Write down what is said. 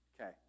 Okay